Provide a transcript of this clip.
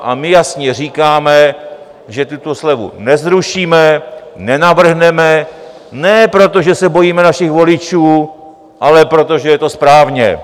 A my jasně říkáme, že tuto slevu nezrušíme, nenavrhneme, ne protože se bojíme našich voličů, ale protože je to správně.